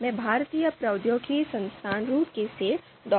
मैं भारतीय प्रौद्योगिकी संस्थान रुड़की से डॉ